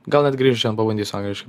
gal net grįžęs šian pabandysiu angliškai